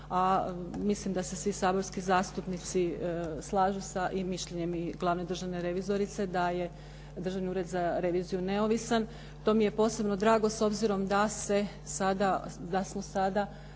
a mislim da se svi saborski zastupnici slažu sa mišljenjem i glavne državne revizorice da je Državni ured za reviziju neovisan. To mi je posebno drago s obzirom da smo sada